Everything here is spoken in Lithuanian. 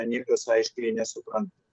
niekas aiškiai nesupranta